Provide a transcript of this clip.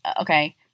okay